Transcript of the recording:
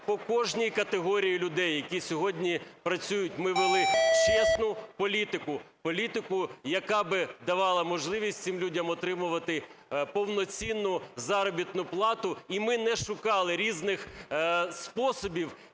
по кожній категорії людей, які сьогодні працюють, ми вели чесну політику, політику, яка би давала можливість цим людям отримувати повноцінну заробітну плату, і ми не шукали різних способів,